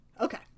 Okay